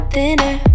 Thinner